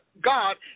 God